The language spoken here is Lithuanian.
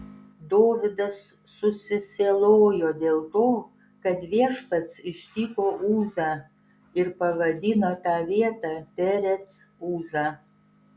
dovydas susisielojo dėl to kad viešpats ištiko uzą ir pavadino tą vietą perec uza